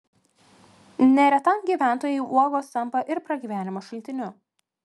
neretam gyventojui uogos tampa ir pragyvenimo šaltiniu